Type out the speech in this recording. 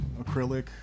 acrylic